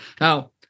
Now